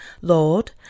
Lord